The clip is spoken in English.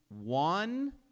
One